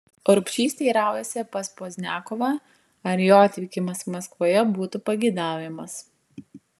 urbšys teiraujasi pas pozniakovą ar jo atvykimas maskvoje būtų pageidaujamas